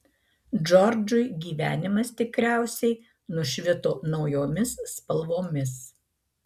džordžui gyvenimas tikriausiai nušvito naujomis spalvomis